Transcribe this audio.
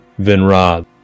Vinrod